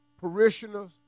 parishioners